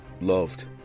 loved